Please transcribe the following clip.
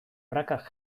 prakak